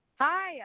Hi